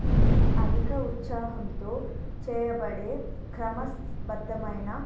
ఇది అధిక ఉత్సాహంతో చేయబడే క్రమబద్ధమైన